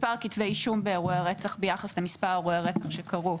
מספר כתבי אישום באירועי רצח ביחס למספר אירועי רצח שקרו.